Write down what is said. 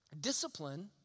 discipline